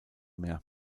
mehr